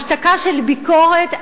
השתקה של ביקורת,